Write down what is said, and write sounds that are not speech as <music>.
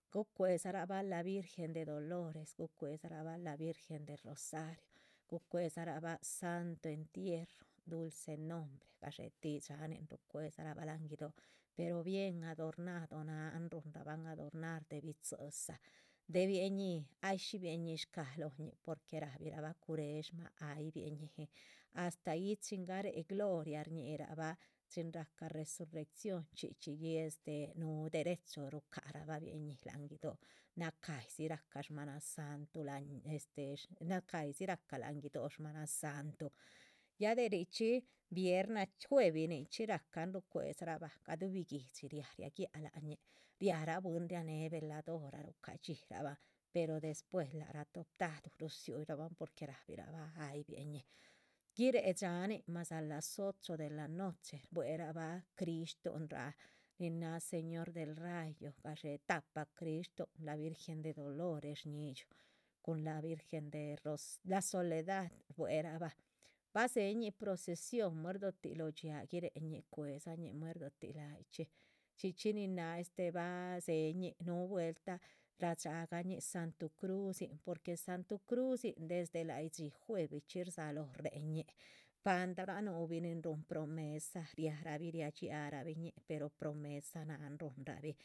Gucuedzarabah la virgen de dolores, gucuedzarabah la virgen de rosario, gucuedzarabah santo entierro, dulce nombre, gadxé tih dxáhanin rucuedzarabah. láhan guido´, pero bien adornado náhan ruhunrabahn adornar, de bitzídza, de bieñíhi ay shí bieñih shcáha lóhñih porque rahbirabah curesmah ay bieñíh,. astáhyih chin garéhe gloria, shñihirabah chin rahca resurrección chxí yi este, núhu derechu rucaharabah bieñih láhan guidó nacayih diz rahca shmaana santuh. <unintelligible> este nacahyidzi ráhca láhan guido´, shma nasantuh, ya de richxí vierna, juevi richxí rahcan rucuedzara bah gaduhubi guihdxi, riah giáhc láhañic. ria rah bwín rianéh veladorah ruca dxíra bahn pero despues lac rah tobtaduh rudziuuh yirabahn porque rabirabah ay bieñih, guiréhe dhxáanin más a las ocho de la noche,. shbuerabah cristuhn raa nin náha señor del rayo, gadxé tahpa crishtuhun, la virgen de dolores shñíhidxiuh, cun la virgen del ro, la soledad, shbuerabah ba dzéhe ñih procesion. muerdotih lóho dxiáa guiréheñih cuedzañih muerdotih layihchxí chxí chxí nin náha este ah dzéheñin núh vueltah radxá gañih, santu crudzin, porque santu crudzin, desde láhyidxí juevichxí rdzalóho réheñih, pandara núhubi nin rúhun promesa riah rabih riadxiarabih ñih pero promesa náhan ruhunrabin